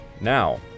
Now